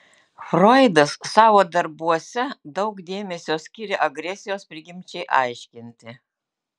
froidas savo darbuose daug dėmesio skiria agresijos prigimčiai aiškinti